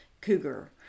cougar